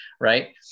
right